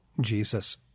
Jesus